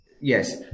yes